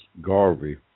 Garvey